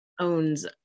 owns